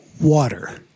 water